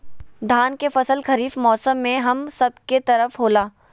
धान के फसल खरीफ मौसम में हम सब के तरफ होला